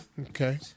Okay